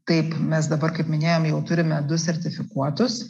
kaip mes dabar kaip minėjome jau turime du sertifikuotus